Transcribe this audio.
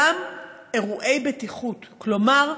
גם אירועי בטיחות, כלומר,